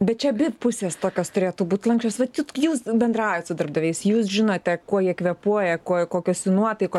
bet čia abi pusės tokios turėtų būt lanksčios vat juk jūs bendraujate su darbdaviais jūs žinote kuo jie kvėpuoja kuo kokios nuotaikos